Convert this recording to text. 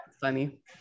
funny